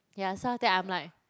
yeah so after that I'm like